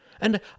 And